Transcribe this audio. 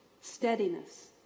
Steadiness